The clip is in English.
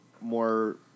more